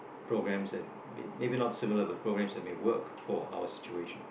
programmes that ma~ maybe not similar but programmes that may work for our situation